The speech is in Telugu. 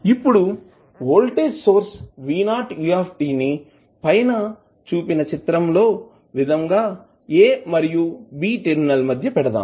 ఇప్పుడు వోల్టేజ్ సోర్స్ V0 u ను పైన చిత్రం లో చూపిన విధంగా a మరియు b టెర్మినల్స్ మధ్య పెడదాము